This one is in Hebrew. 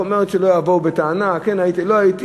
היא אומרת, שלא יבואו בטענה: כן הייתי, לא הייתי.